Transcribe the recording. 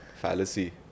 fallacy